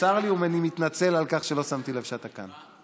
צר לי ואני מתנצל על כך שלא שמתי לב שאתה כאן.